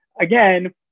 again